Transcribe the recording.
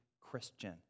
Christian